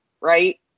right